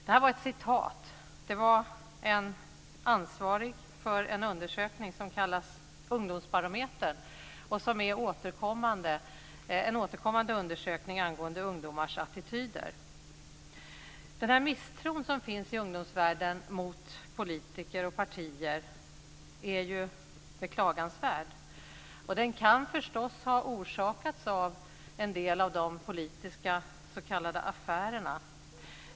Detta var ett citat från en återkommande undersökning om ungdomars attityder och som kallas Ungdomsbarometern. Denna misstro som finns i ungdomsvärlden mot politiker och partier är beklagansvärd. Den kan förstås ha orsakats av en del av de politiska s.k. affärerna.